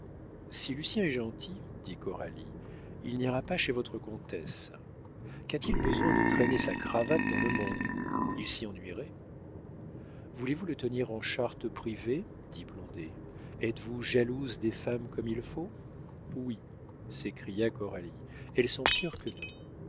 si lucien est gentil dit coralie il n'ira pas chez votre comtesse qu'a-t-il besoin de traîner sa cravate dans le monde il s'y ennuierait voulez-vous le tenir en charte privée dit blondet êtes-vous jalouse des femmes comme il faut oui s'écria coralie elles sont pires que nous